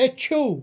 ہیٚچھِو